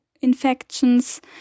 infections